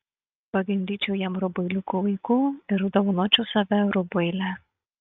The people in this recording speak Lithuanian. pagimdyčiau jam rubuiliukų vaikų ir dovanočiau save rubuilę